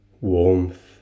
warmth